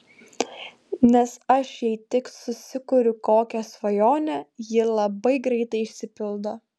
nes aš jei tik susikuriu kokią svajonę ji labai greitai išsipildo